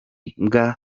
ikinya